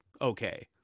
okay